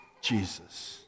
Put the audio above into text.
Jesus